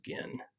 again